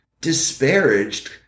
disparaged